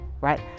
right